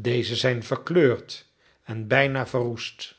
deze zijn verkleurd en bijna verroest